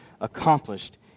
accomplished